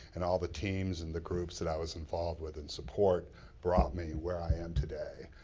and all the teams and the groups that i was involved with and support brought me where i am today.